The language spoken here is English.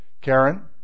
Karen